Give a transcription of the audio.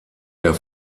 der